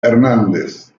hernández